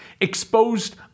exposed